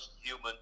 human